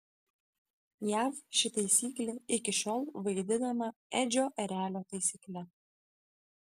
jav ši taisyklė iki šiol vaidinama edžio erelio taisykle